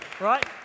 right